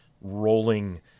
rolling